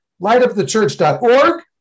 LightUpTheChurch.org